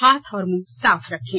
हाथ और मुंह साफ रखें